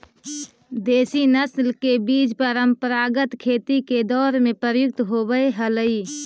देशी नस्ल के बीज परम्परागत खेती के दौर में प्रयुक्त होवऽ हलई